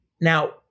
Now